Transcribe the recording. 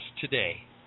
today